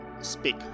speak